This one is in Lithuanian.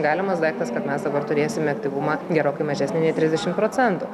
galimas daiktas kad mes dabar turėsime aktyvumą gerokai mažesnį nei trisdešimt procentų